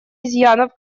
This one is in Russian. изъянов